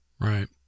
Right